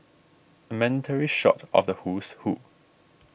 mandatory shot of the who's who